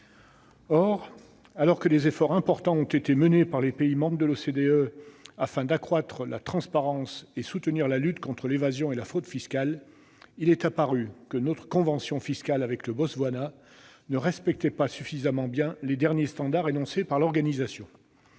Or, alors que des efforts importants ont été menés par les pays membres de l'OCDE afin d'accroître la transparence et de soutenir la lutte contre l'évasion et la fraude fiscales, il est apparu que notre convention fiscale avec le Botswana ne respectait plus suffisamment les derniers standards énoncés par l'OCDE.